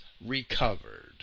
recovered